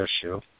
issue